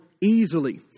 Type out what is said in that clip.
easily